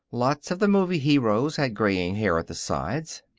lots of the movie heroes had graying hair at the sides.